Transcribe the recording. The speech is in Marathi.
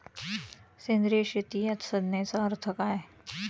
सेंद्रिय शेती या संज्ञेचा अर्थ काय?